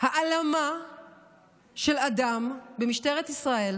העלמה של אדם במשטרת ישראל